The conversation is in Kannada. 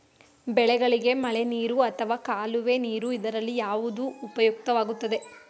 ಬೆಳೆಗಳಿಗೆ ಮಳೆನೀರು ಅಥವಾ ಕಾಲುವೆ ನೀರು ಇದರಲ್ಲಿ ಯಾವುದು ಉಪಯುಕ್ತವಾಗುತ್ತದೆ?